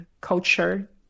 culture